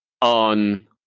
on